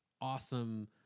awesome